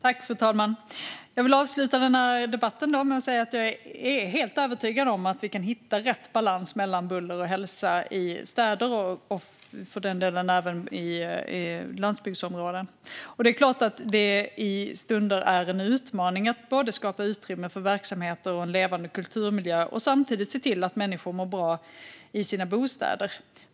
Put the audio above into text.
Fru talman! Jag vill avsluta debatten med att säga att jag är helt övertygad om att vi kan hitta rätt balans mellan buller och hälsa i städer och för den delen även i landsbygdsområden. Det är klart att det stundtals är en utmaning att både skapa utrymme för verksamheter och en levande kulturmiljö och se till att människor mår bra i sina bostäder.